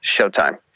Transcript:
showtime